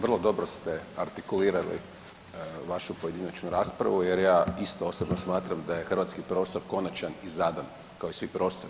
Vrlo dobro ste artikulirati vašu pojedinačnu raspravu jer ja isto osobno smatram da je hrvatski prostor konačan i zadan kao i svi prostori.